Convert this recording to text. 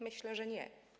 Myślę, że nie.